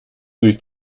durch